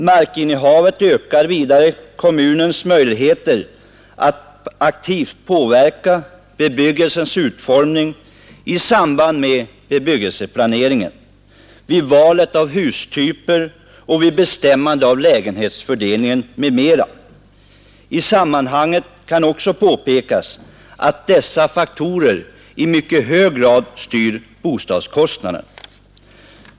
Markinnehavet ökar vidare kommunens möjligheter att aktivt påverka bebyggelsens utformning i samband med bebyggelseplaneringen vid valet av hustyper och vid bestämmande av lägenhetsfördelningen m.m. I sammanhanget kan också påpekas att dessa faktorer i mycket hög grad styr bostadskostnaderna.